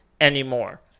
anymore